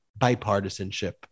bipartisanship